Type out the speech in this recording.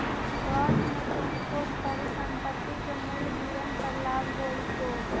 short में तुमको परिसंपत्ति के मूल्य गिरन पर लाभ होईतो